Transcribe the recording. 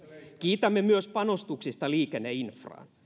kiitämme myös panostuksista liikenneinfraan